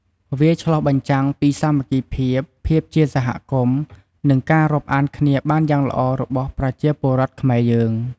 វាឆ្លុះបញ្ចាំងពីសាមគ្គីភាព ភាពជាសហគមន៍ និងការរាប់អានគ្នាបានយ៉ាងល្អរបស់ប្រជាពលរដ្ឋខ្មែរយើង។